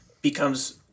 becomes